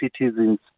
citizens